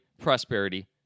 prosperity